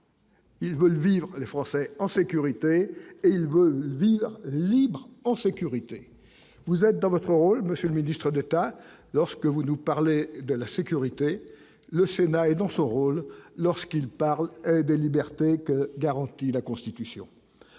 Ils veulent vivre les Français en sécurité et Hugo vie libre et en sécurité, vous êtes dans votre rôle, Monsieur le Ministre d'État lorsque vous nous parlez de la sécurité, le Sénat est dans son rôle lorsqu'il parle de liberté que garantit la constitution